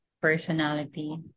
personality